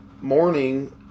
morning